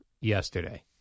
yesterday